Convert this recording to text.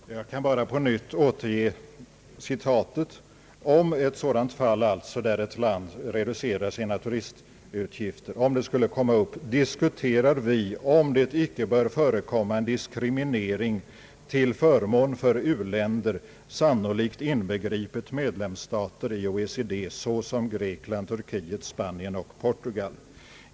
Herr talman! Jag kan bara på nytt återge citatet. Det lyder: »Om ett sådant fall» — där ett land alltså reducerar sina turistutgifter — »skulle komma upp, diskuterar vi huruvida det icke borde förekomma en diskriminering till förmån för utvecklingsländer, sannolikt inbegripet medlemsstater i OECD såsom Grekland, Turkiet, Spanien och Portugal».